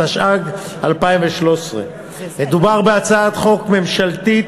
התשע"ג 2013. מדובר בהצעת חוק ממשלתית,